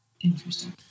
Interesting